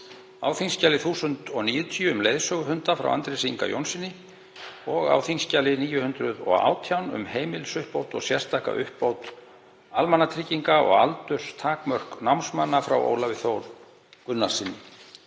þskj. 1090, um leiðsöguhunda, frá Andrési Inga Jónssyni, og á þskj. 918, um heimilisuppbót og sérstaka uppbót almannatrygginga og aldurstakmörk námsmanna, frá Ólafi Þór Gunnarssyni.